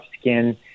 skin